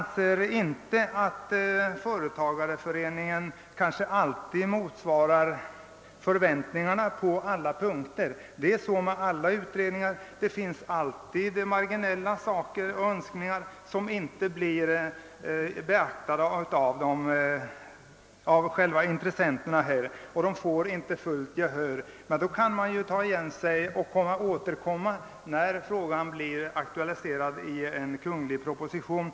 Jag anser inte att företagareföreningarna alltid motsvarar förväntningarna på alla punkter. Så är det emellertid stän digt när en fråga utreds — det finns önskemål som inte blir beaktade och synpunkter som inte vinner fullt gehör. Man har dock möjlighet att avvakta och återkomma när frågan blir aktualiserad i en kungl. proposition.